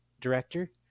director